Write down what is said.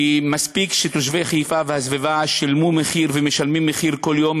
כי מספיק שתושבי חיפה והסביבה שילמו ומשלמים מחיר כל יום,